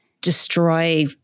destroy